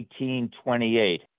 1828